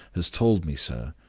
has told me, sir,